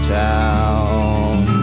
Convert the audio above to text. town